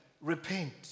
repent